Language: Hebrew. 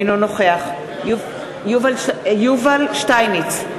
אינו נוכח יובל שטייניץ,